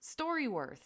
StoryWorth